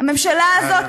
הממשלה הזאת,